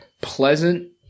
pleasant